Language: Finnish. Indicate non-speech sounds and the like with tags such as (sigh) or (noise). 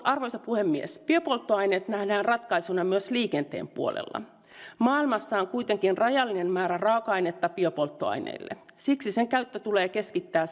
arvoisa puhemies biopolttoaineet nähdään ratkaisuna myös liikenteen puolella maailmassa on kuitenkin rajallinen määrä raaka ainetta biopolttoaineille siksi sen käyttö tulee keskittää (unintelligible)